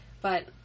But-